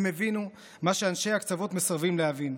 הם הבינו מה שאנשי הקצוות מסרבים להבין: